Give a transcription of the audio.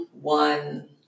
one